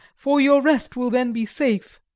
for your rest will then be safe.